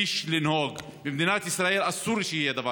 נהג צעיר במדינת ישראל יכול להיות בוחן